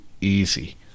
easy